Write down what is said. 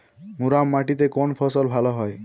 মুরাম মাটিতে কোন ফসল ভালো হয়?